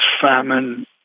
famine